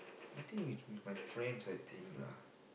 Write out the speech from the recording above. I think it's with my friends I think lah